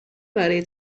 برای